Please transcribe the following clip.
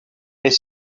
est